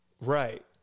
Right